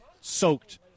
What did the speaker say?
soaked